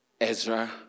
Ezra